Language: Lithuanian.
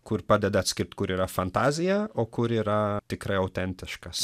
kur padeda atskirt kur yra fantazija o kur yra tikrai autentiškas